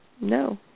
no